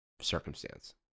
circumstance